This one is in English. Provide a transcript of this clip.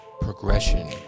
progression